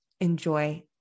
Enjoy